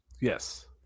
Yes